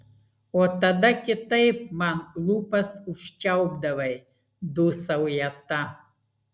o tada kitaip man lūpas užčiaupdavai dūsauja ta